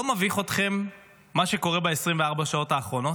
לא מביך אתכם מה שקורה ב-24 השעות האחרונות?